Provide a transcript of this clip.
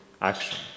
action